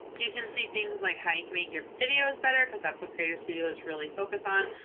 you can see things like how you can make your videos better because that's what creator studio is really focused on.